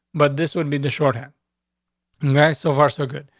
but this would be the shorthand s. so far, so good.